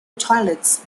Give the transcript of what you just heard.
toilets